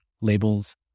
labels